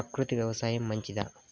ప్రకృతి వ్యవసాయం మంచిదా?